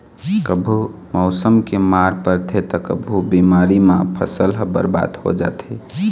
कभू मउसम के मार परथे त कभू बेमारी म फसल ह बरबाद हो जाथे